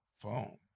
phone